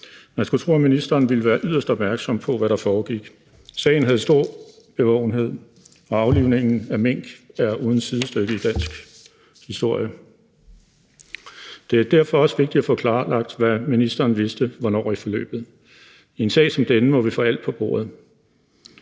Man skulle tro, at ministeren ville være yderst opmærksom på, hvad der foregik. Sagen havde stor bevågenhed, og aflivningen af mink er uden sidestykke i dansk historie. Det er derfor også vigtigt at få klarlagt, hvad ministeren vidste hvornår i forløbet. I en sag som denne må vi få alt på bordet.